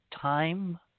time